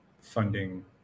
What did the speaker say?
funding